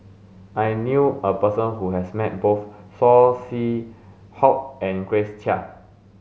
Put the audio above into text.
I knew a person who has met both Saw Swee Hock and Grace Chia